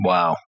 Wow